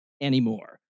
anymore